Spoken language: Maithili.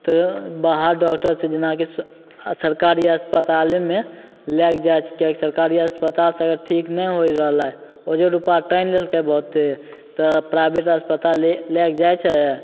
तऽ बाहर डाकटरसे जेनाकि सरकारी अस्पतालेमे लैके जाइ छिकै सरकारी अस्पतालसे अगर ठीक अगर नहि होइ रहलै ओहिजे रुपा टानि लेलकै बहुते तऽ प्राइवेट अस्पताले लैके जाइ छै